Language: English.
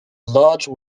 large